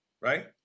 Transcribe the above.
right